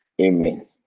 Amen